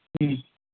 ம்